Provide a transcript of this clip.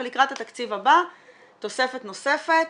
ולקראת התקציב הבא תוספת נוספת